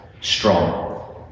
strong